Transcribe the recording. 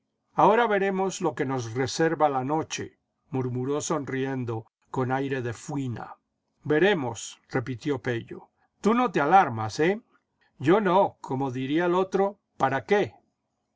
ahora veremos lo que nos reserva la noche murmuró sonriendo con aire de fuina veremos repitió pello tú no te alarmas feh yo no como diría el otro jpara qué